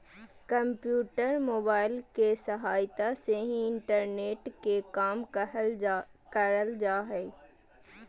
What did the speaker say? computer, mobile के सहायता से ही इंटरनेट के काम करल जा हय